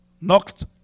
knocked